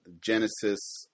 Genesis